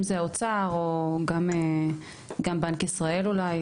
אם זה אומר וגם בנק ישראל אולי.